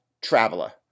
traveler